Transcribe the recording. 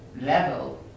level